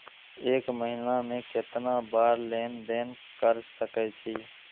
एक महीना में केतना बार लेन देन कर सके छी?